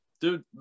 dude